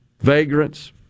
vagrants